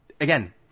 again